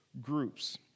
groups